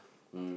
um